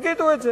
תגידו את זה.